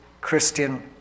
Christian